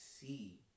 see